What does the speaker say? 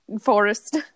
forest